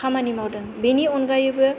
खामानि मावदों बेनि अनगायैबो